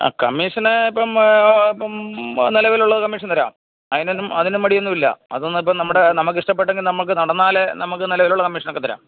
ആ കമീഷന് ഇപ്പം ഇപ്പം നിലവിലുള്ള കമിഷൻ തരാം അതിനൊന്നും മടിയൊന്നുമില്ല അതൊന്നും ഇപ്പം നമ്മുടെ നമുക്ക് ഇഷ്ടപ്പെട്ടെങ്കില് നമുക്ക് നടന്നാല് നമുക്ക് നിലവിലുള്ള കമീഷനൊക്കെ തരാം